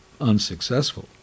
unsuccessful